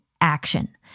action